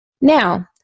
Now